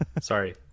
Sorry